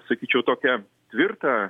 sakyčiau tokią tvirtą